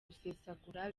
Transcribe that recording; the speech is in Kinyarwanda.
gusesagura